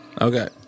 Okay